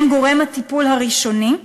שהם גורם הטיפול הראשוני.